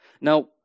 Now